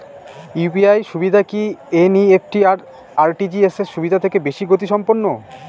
UPI সুবিধা কি NEFT আর আর.টি.জি.এস সুবিধা থেকে বেশি গতিসম্পন্ন?